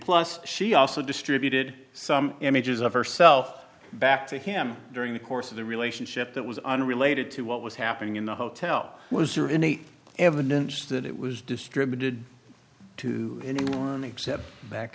plus she also distributed some images of herself back to him during the course of the relationship that was unrelated to what was happening in the hotel was your innate evidence that it was distributed to anyone except back